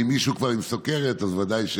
אם מישהו כבר עם סוכרת אז ודאי,